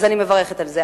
ואני מברכת על זה.